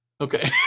Okay